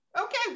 okay